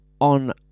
on